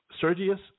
Sergius